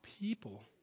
people